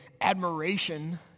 Admiration